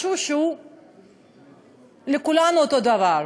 משהו שהוא לכולנו אותו דבר.